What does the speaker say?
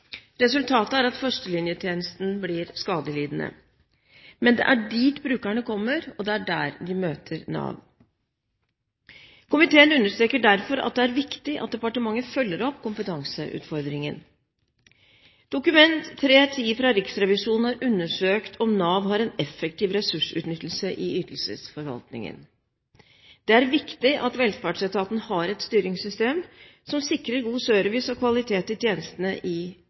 Resultatet er at førstelinjetjenesten blir skadelidende. Men det er dit brukerne kommer, og det er der de møter Nav. Komiteen understreker derfor at det er viktig at departementet følger opp kompetanseutfordringen. Dokument 3:10 for 2011–2012 fra Riksrevisjonen har undersøkt om Nav har en effektiv ressursutnyttelse i ytelsesforvaltningen. Det er viktig at velferdsetaten har et styringssystem som sikrer god service og kvalitet i tjenestene i